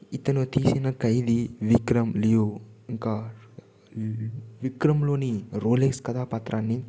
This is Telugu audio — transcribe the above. ఇతను తీసిన ఖైదీ విక్రమ్ లియో ఇంకా విక్రమ్లోని రోలెక్స్ కథా పాత్రని